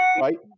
right